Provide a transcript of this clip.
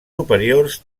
superiors